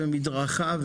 מדרכה,